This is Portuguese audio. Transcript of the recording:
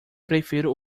prefiro